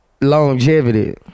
Longevity